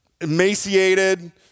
emaciated